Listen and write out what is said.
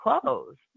closed